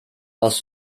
aus